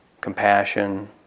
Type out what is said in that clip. compassion